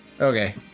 Okay